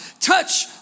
Touch